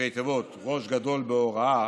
ראש גדול בהוראה.